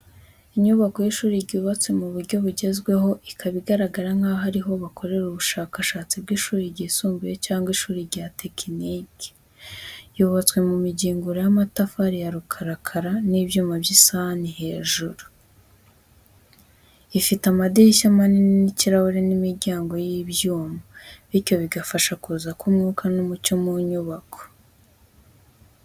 Inyubako y’ishuri ryubatse mu buryo bugezweho, ikaba igaragara nkaho ari aho bakorera ubushakashatsi bw’ishuri ryisumbuye cyangwa ishuri rya tekinike. Yubatswe mu migingura y’amatafari ya rukarakara n’ibyuma by’isahani hejuru. Ifite amadirishya manini y’ikirahure n’imiryango y’ibyuma, bityo bigafasha kuza k’umwuka n’umucyo mu nyubako.